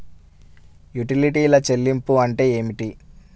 యుటిలిటీల చెల్లింపు అంటే ఏమిటి?